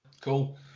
Cool